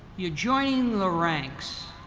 you're joining the ranks